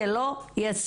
זה לא יספיק.